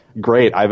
great